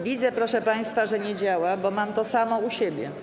Widzę, proszę państwa, że nie działa, bo mam to samo u siebie.